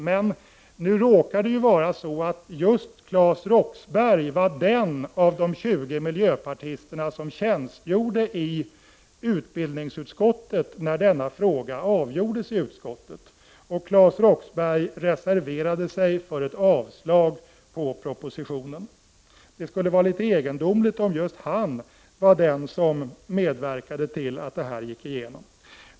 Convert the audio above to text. Men nu råkar det vara på det sättet att just Claes Roxbergh var den av de 20 miljöpartisterna som tjänstgjorde i utbildningsutskottet när denna fråga avgjordes i utskottet. Och Claes Roxbergh reserverade sig för ett avslag på propositionen. Det skulle vara litet egendomligt om just han var den som medverkade till att detta förslag gick igenom.